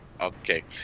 Okay